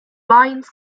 lions